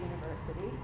University